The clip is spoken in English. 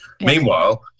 Meanwhile